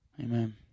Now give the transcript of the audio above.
Amen